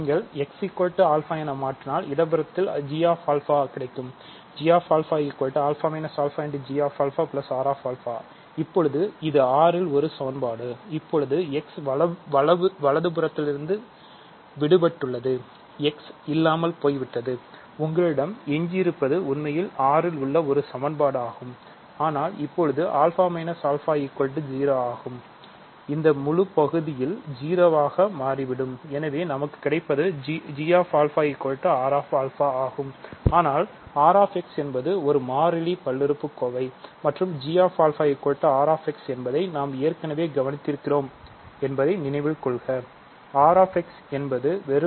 நீங்கள் x α என மாற்றினால் இடது புறத்தில் g ஆகும்